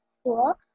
school